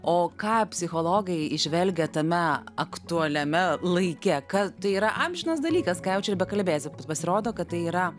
o ką psichologai įžvelgia tame aktualiame laike kad tai yra amžinas dalykas ką jau čia ir bekalbėsi bet pasirodo kad tai yra